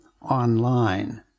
online